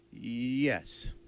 Yes